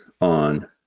on